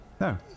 No